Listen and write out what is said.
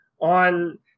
on